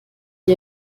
die